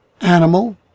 animal